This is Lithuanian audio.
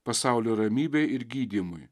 pasaulio ramybei ir gydymui